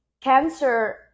cancer